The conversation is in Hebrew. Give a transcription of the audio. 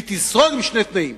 והיא תשרוד בשני תנאים: